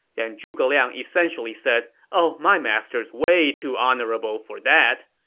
and zhuge liang essentially said, oh my master is way too honorable for that.